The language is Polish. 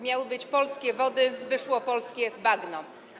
Miały być polskie wody, wyszło polskie bagno.